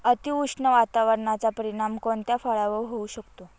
अतिउष्ण वातावरणाचा परिणाम कोणत्या फळावर होऊ शकतो?